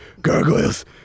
gargoyles